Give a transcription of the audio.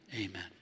Amen